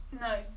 No